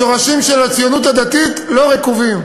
השורשים של הציונות הדתית לא רקובים.